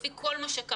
לפי כל מה שקראתי,